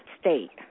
state